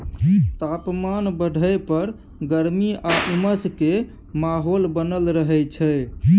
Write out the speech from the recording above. तापमान बढ़य पर गर्मी आ उमस के माहौल बनल रहय छइ